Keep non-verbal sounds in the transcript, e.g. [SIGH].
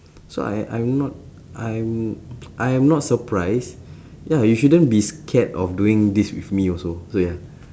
so I I'm not I'm [NOISE] I am not surprised ya you shouldn't be scared of doing this with me also so ya